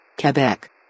Quebec